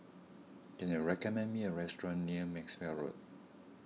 can you recommend me a restaurant near Maxwell Road